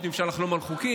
אם אפשר לחלום על חוקים,